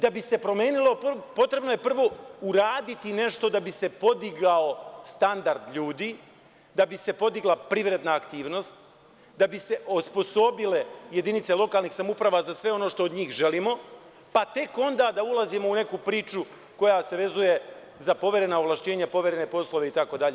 Da bi se promenilo, potrebno je prvo uraditi nešto da bi se podigao standard ljudi, da bi se podigla privredna aktivnost, da bi se osposobile jedinice lokalnih samouprava za sve ono što od njih želimo, pa tek onda da ulazimo u neku priču koja se vezuje za poverena ovlašćenja, poverene poslove itd.